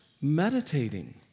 meditating